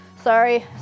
Sorry